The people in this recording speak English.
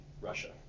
Russia